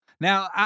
Now